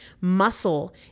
Muscle